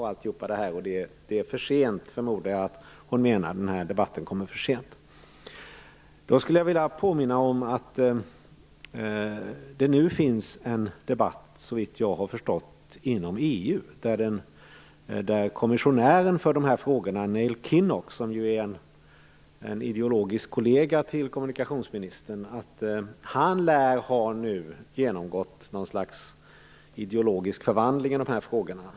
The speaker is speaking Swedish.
Jag förmodar att hon menar att debatten kommer för sent. Jag skulle då vilja påminna om att det nu pågår en debatt inom EU, såvitt jag förstått. Kommissionären för dessa frågor, Neil Kinnoch, som ju är en ideologisk kollega till kommunikationsministern, lär nu ha genomgått något slags ideologisk förvandling i dessa frågor.